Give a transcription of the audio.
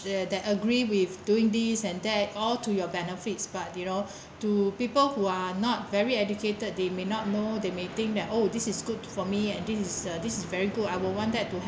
the they agree with doing this and that all to your benefits but you know to people who are not very educated they may not know they may think that oh this is good for me and this is uh this is very good I will want that to